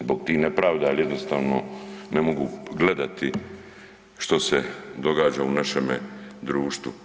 Zbog tih nepravda jer jednostavno ne mogu gledati što se događa u našemu društvu.